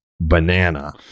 banana